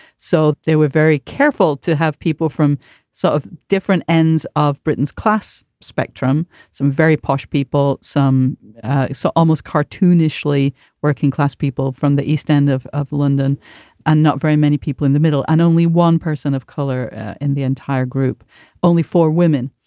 so they were very careful to have people from sort so of different ends of britain's class spectrum, some very posh people, some so almost cartoonishly working class people from the east end of of london and not very many people in the middle and only one person of color in the entire group only for women.